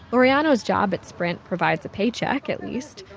laureano's job at sprint provides a paycheck, at least.